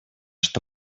что